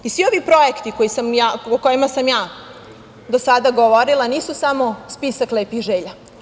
Svi ovi projekti o kojima sam ja do sada govorila nisu samo spisak lepih želja.